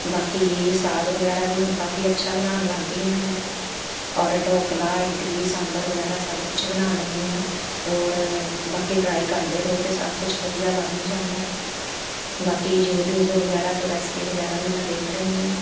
ਬਾਕੀ ਸਾਗ ਵਗੈਰਾ ਵੀ ਹੁਣ ਕਾਫ਼ੀ ਅੱਛਾ ਬਣਾਉਣ ਲੱਗ ਗਈ ਹਾਂ ਮੈਂ ਔਰ ਡੋਕਲਾ ਇਡਲੀ ਸਾਂਬਰ ਵਗੈਰਾ ਸਭ ਕੁਛ ਬਣਾ ਲੈਂਦੀ ਹਾਂ ਔਰ ਬਾਕੀ ਟਰਾਈ ਕਰਦੇ ਰਹੋ ਅਤੇ ਸਭ ਕੁਛ ਵਧੀਆ ਬਣ ਹੀ ਜਾਂਦਾ ਬਾਕੀ ਯੂਟਿਊਬ ਵਗੈਰਾ ਤੋਂ ਰੈਸਪੀ ਵਗੈਰਾ ਵੀ ਮੈਂ ਦੇਖ ਲੈਂਦੀ ਹਾਂ